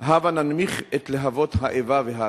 הבה ננמיך את להבות האיבה וההקצנה.